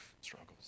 struggles